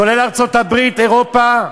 כולל ארצות-הברית, אירופה,